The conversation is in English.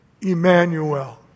Emmanuel